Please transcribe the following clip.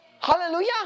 Hallelujah